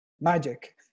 Magic